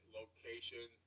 location